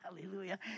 hallelujah